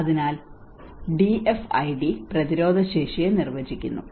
അതിനാൽ ഡിഎഫ്ഐഡി പ്രതിരോധശേഷിയെ നിർവചിക്കുന്നു